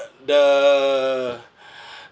the